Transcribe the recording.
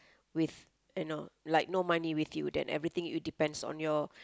with you know like no money with you then everything you depends on your